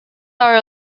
are